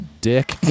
dick